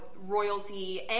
royalty